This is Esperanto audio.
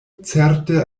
certe